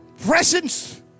Presence